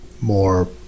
more